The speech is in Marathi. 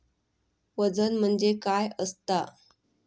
वजन म्हणजे काय असता?